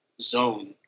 zone